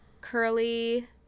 Curly